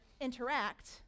interact